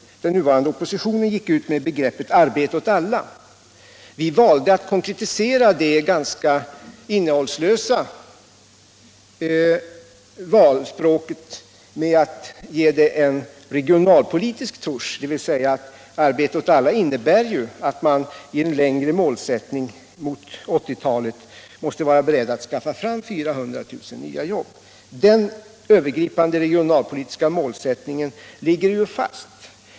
Den nuvarande oppositionen gick ut med begreppet Arbete åt alla. Vi valde att konkretisera det ganska innehållslösa valspråket genom att ge det en regionalpolitisk tusch. Arbete åt alla innebär ju att man längre fram mot 1980-talet måste vara beredd att skaffa fram 400 000 nya jobb. Den övergripande regionalpolitiska målsättningen ligger fast.